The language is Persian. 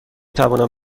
توانم